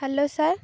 hello sir